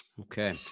Okay